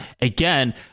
Again